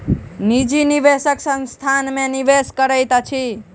निजी निवेशक संस्थान में निवेश करैत अछि